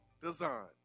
Design